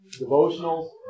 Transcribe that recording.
Devotionals